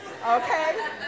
Okay